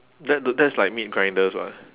that the that's like meat grinders [what]